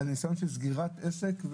על ניסיון של סגירת עסק,